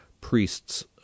priests